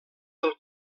del